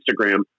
Instagram